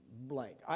blank